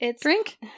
drink